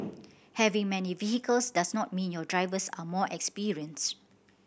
having many vehicles does not mean your drivers are more experienced